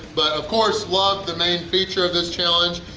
but of course, loved the main feature of this challenge,